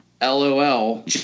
lol